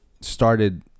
started